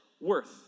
worth